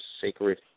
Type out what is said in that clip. sacred